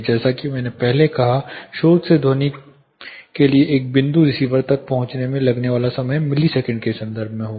जैसा कि मैंने पहले कहा स्रोत से ध्वनि के लिए एक बिंदु रिसीवर तक पहुंचने में लगने वाला समय मिलीसेकंड के संदर्भ में होगा